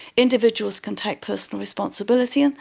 individuals can take personal responsibility, and